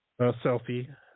Selfie